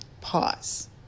pause